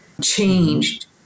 changed